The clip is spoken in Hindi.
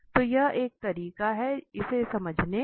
तो यह एक तरीका है इसे समझने का